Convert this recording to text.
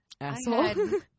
asshole